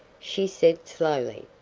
she said slowly,